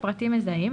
פרטים מזהים,